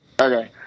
Okay